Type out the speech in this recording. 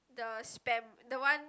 the spam the one